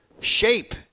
shape